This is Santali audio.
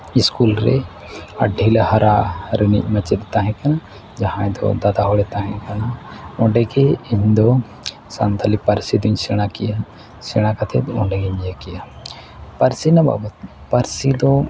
ᱥᱠᱩᱞ ᱨᱮ ᱟᱨ ᱰᱷᱤᱞᱟᱹ ᱦᱟᱨᱟ ᱨᱮᱱᱤᱡ ᱢᱟᱪᱮᱫ ᱮ ᱛᱟᱦᱮᱸ ᱠᱟᱱᱟ ᱡᱟᱦᱟᱸᱭ ᱫᱚ ᱫᱟᱫᱟ ᱦᱚᱲᱮ ᱛᱟᱦᱮᱸ ᱠᱟᱱᱟ ᱚᱸᱰᱮ ᱜᱮ ᱤᱧ ᱫᱚ ᱥᱟᱱᱛᱟᱲᱤ ᱯᱟᱹᱨᱥᱤ ᱫᱚᱧ ᱥᱮᱬᱟ ᱠᱮᱜᱼᱟ ᱥᱮᱬᱟ ᱠᱟᱛᱮᱫ ᱚᱸᱰᱮ ᱜᱮᱧ ᱤᱭᱟᱹ ᱠᱮᱜᱼᱟ ᱯᱟᱹᱨᱥᱤ ᱨᱮᱱᱟᱜ ᱵᱟᱵᱚᱫ ᱯᱟᱹᱨᱥᱤ ᱫᱚ